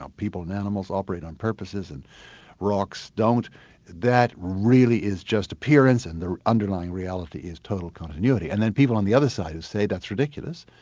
um people and animals operate on purposes and rocks don't that really is just appearance and the underlying reality is total continuity. and then people on the other side who say that's ridiculous,